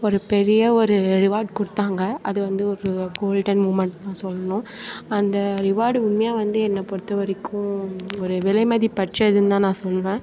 ஒரு பெரிய ஒரு ரிவார்ட் கொடுத்தாங்க அது வந்து ஒரு கோல்டன் மூமெண்ட் தான் சொல்லணும் அந்த ரிவார்டு உண்மையா வந்து என்னை பொறுத்த வரைக்கும் ஒரு விலை மதிப்பற்றதுன்னு தான் நான் சொல்லுவேன்